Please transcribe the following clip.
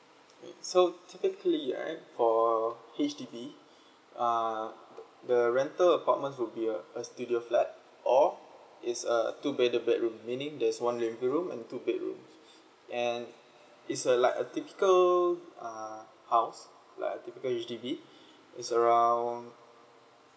okay so typically right for H_D_B err the the rental apartments would be a a studio flat or it's a two bedder bedroom meaning there's one living room and two bedrooms and it's uh like a typical uh house like a typical H_D_B it's around